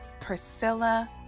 Priscilla